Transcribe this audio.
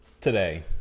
today